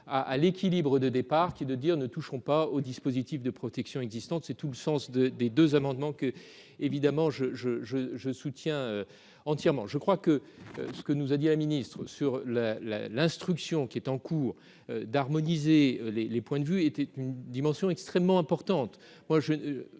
à l'équilibre de départ qui est de dire ne toucheront pas aux dispositifs de protection existantes, c'est tout le sens de des 2 amendements que évidemment je je je je soutiens entièrement je crois que ce que nous a dit la ministre sur la la l'instruction qui est en cours d'harmoniser les les points de vue était une dimension extrêmement importante,